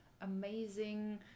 amazing